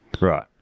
Right